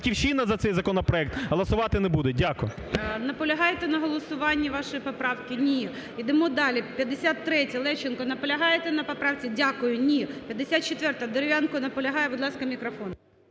"Батьківщина" за цей законопроект голосувати не буде. Дякую. ГОЛОВУЮЧИЙ. Наполягаєте на голосуванні вашої поправки? Ні. Йдемо далі. 53-я, Лещенко. Наполягаєте на поправці? Дякую. Ні. 54-а, Дерев'янко. Наполягає. Будь ласка, мікрофон.